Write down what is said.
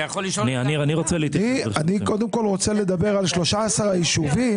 אני קודם כל רוצה לדבר על 13 היישובים.